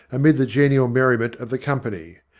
amid the genial merriment of the company.